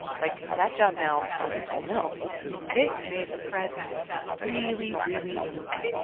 like, that job now falls to someone else this made the president really, really angry,